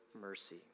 mercy